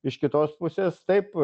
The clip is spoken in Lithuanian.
iš kitos pusės taip